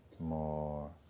More